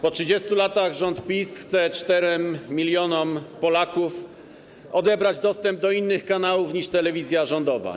Po 30 latach rząd PiS chce 4 mln Polaków odebrać dostęp do innych kanałów niż telewizja rządowa.